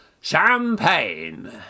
Champagne